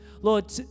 Lord